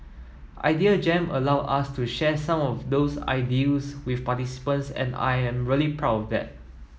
Idea Jam allowed us to share some of those ideals with participants and I am really proud of that